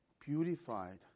beautified